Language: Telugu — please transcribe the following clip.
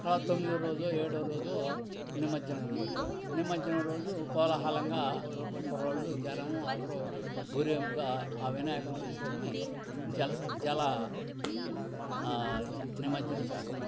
ఆ తొమ్మిదిో రోజో ఏడో రోజో నిమజ్జనం చేయడం నిమజ్జనం రోజు కోలాహలంగా కుర్రోళ్ళు జనము అందరూ ఊరేగింపుగా ఆ వినాయకుడిని తీసుకెళ్ళి జల జల నిమజ్జనం చేస్తారనమాట